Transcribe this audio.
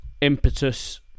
impetus